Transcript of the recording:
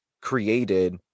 created